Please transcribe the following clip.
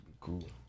cool